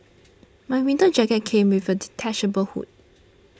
my winter jacket came with a detachable hood